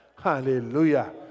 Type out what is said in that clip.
Hallelujah